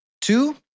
Two